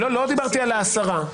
לא דיברתי על ההסרה.